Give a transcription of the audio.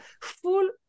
full